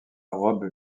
robe